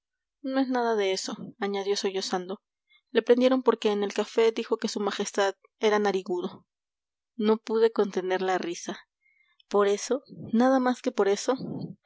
no es nada de eso añadió sollozando le prendieron porque en el café dijo que su majestad era narigudo no pude contener la risa por eso nada más que por eso